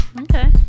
Okay